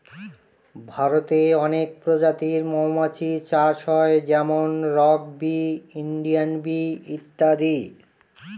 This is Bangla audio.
ভারতে অনেক প্রজাতির মৌমাছি চাষ হয় যেমন রক বি, ইন্ডিয়ান বি ইত্যাদি